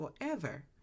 forever